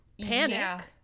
panic